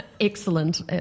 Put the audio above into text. excellent